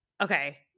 okay